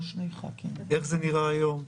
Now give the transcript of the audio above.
איך זה נראה היום,